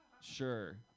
sure